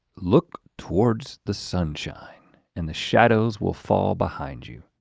look towards the sunshine, and the shadows will fall behind you.